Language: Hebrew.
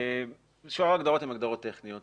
שאר ההגדרות ה הגדרות טכניות